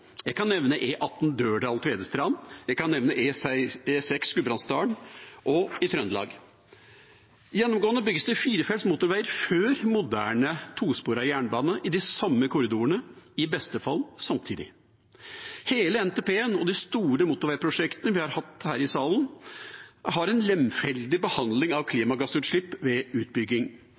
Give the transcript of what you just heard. Jeg kan nevne E18 Dørdal–Tvedestrand. Jeg kan nevne E6 gjennom Gudbrandsdalen og i Trøndelag. Gjennomgående bygges det firefelts motorvei før moderne tosporet jernbane i de samme korridorene, i beste fall samtidig. Hele NTP-en og de store motorveiprosjektene vi har hatt til behandling her i salen, har en lemfeldig behandling av klimagassutslipp ved utbygging.